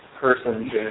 person